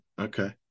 Okay